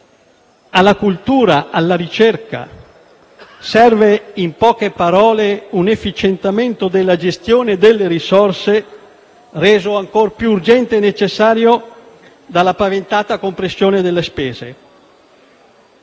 la cultura e la ricerca. Serve, in poche parole, un efficientamento della gestione delle risorse, reso ancora più urgente e necessario dalla paventata compressione delle spese.